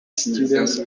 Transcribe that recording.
students